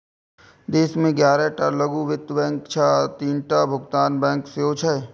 देश मे ग्यारह टा लघु वित्त बैंक छै आ तीनटा भुगतान बैंक सेहो छै